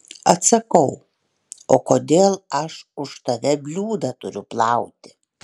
atsakau o kodėl aš už tave bliūdą turiu plauti